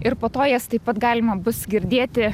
ir po to jas taip pat galima bus girdėti